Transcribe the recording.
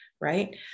right